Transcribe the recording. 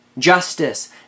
Justice